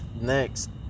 Next